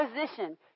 Position